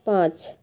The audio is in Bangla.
পাঁচ